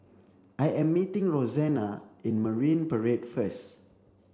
I am meeting Roxanna in Marine Parade first